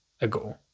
ago